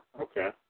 Okay